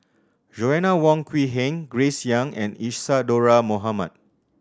Joanna Wong Quee Heng Grace Young and Isadhora Mohamed